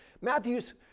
Matthew's